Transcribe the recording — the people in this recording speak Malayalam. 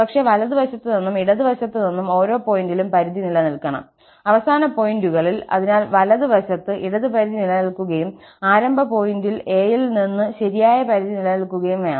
പക്ഷേ വലതു വശത്തുനിന്നും ഇടതുവശത്തുനിന്നും ഓരോ പോയിന്റിലും പരിധി നിലനിൽക്കണം അവസാന പോയിന്റുകളിൽ അതിനാൽ വലതുവശത്ത് ഇടത് പരിധി നിലനിൽക്കുകയും ആരംഭ പോയിന്റിൽ a യിൽ ഇടത് കൈ പോയിന്റ് ശരിയായ പരിധി നിലനിൽക്കുകയും വേണം